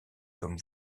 comme